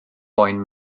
boen